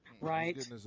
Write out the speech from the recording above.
Right